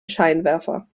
scheinwerfer